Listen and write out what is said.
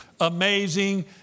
amazing